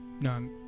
No